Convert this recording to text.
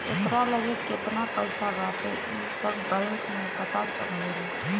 एकरा लगे केतना पईसा बाटे इ सब बैंक के पता रहेला